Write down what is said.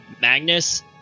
Magnus